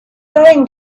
going